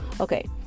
okay